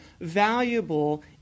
valuable